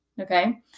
okay